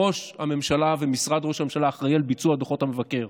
ראש הממשלה ומשרד ראש הממשלה אחראים על ביצוע דוחות המבקר.